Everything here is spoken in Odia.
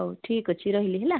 ହଉ ଠିକ୍ ଅଛି ରହିଲି ହେଲା